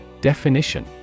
Definition